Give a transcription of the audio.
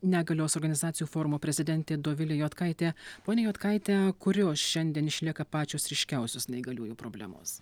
negalios organizacijų forumo prezidentė dovilė juodkaitė ponia juodkaite kurios šiandien išlieka pačios ryškiausios neįgaliųjų problemos